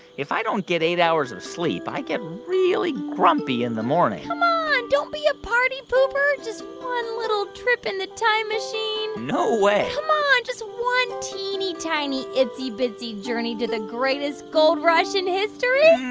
if i don't get eight hours of sleep, i get really grumpy in the morning come on. don't be a party pooper. just one little trip in the time machine? no way come on. just one teeny, teeny, itsy-bitsy journey to the greatest gold rush in history?